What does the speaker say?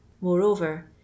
moreover